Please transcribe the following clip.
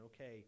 Okay